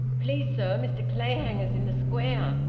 please, sir, mr clayhanger's in the square.